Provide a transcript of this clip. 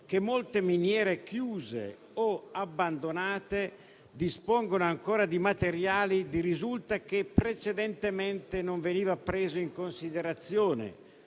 che molte miniere chiuse o abbandonate dispongono ancora di materiale di risulta precedentemente non preso in considerazione,